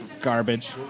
garbage